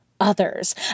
others